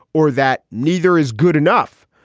or that neither is good enough.